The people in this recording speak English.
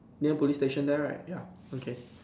near police station there right ya okay